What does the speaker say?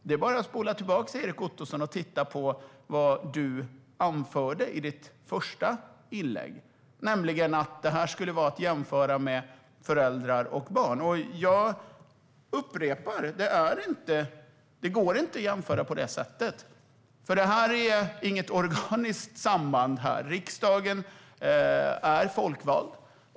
Det är bara att spola tillbaka, Erik Ottoson, och lyssna på vad du anförde i ditt första inlägg, nämligen att detta skulle vara att jämföra med föräldrar och barn. Jag upprepar: Det går inte att jämföra på det sättet, för det finns inte något organiskt samband här. Riksdagen är folkvald.